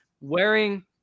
wearing